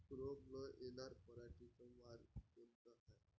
रोग न येनार पराटीचं वान कोनतं हाये?